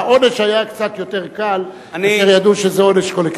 העונש היה קצת יותר קל כאשר ידעו שזה עונש קולקטיבי.